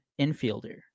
infielder